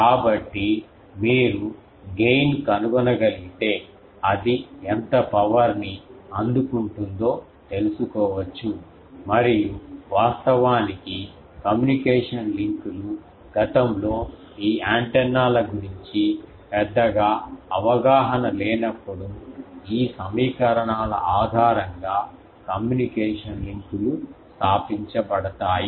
కాబట్టి మీరు గెయిను కనుగొన గలిగితే అది ఎంత పవర్ ని అందుకుంటుందో తెలుసుకోవచ్చు మరియు వాస్తవానికి కమ్యూనికేషన్ లింకులు గతంలో ఈ యాంటెన్నా ల గురించి పెద్దగా అవగాహన లేనప్పుడు ఈ సమీకరణాల ఆధారంగా కమ్యూనికేషన్ లింకులు స్థాపించబడతాయి